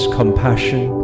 compassion